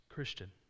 Christian